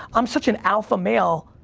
i'm such an alpha male,